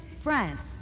France